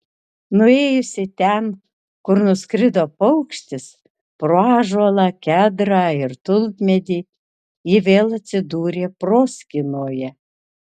nuėjusi ten kur nuskrido paukštis pro ąžuolą kedrą ir tulpmedį ji vėl atsidūrė proskynoje